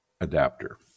adapter